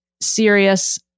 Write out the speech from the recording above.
serious